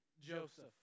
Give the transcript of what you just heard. Joseph